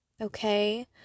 okay